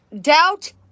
Doubt